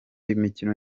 imikino